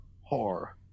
horror